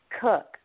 Cook